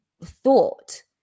thought